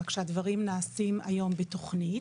רק שהדברים נעשים היום בתוכנית,